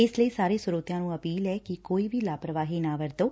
ਇਸ ਲਈ ਸਾਰੇ ਸਰੋਤਿਆਂ ਨੂੰ ਅਪੀਲ ਐ ਕਿ ਕੋਈ ਵੀ ਲਾਪਰਵਾਹੀ ਨਾ ਵਰਤੋਂ